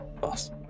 Boss